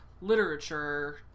literature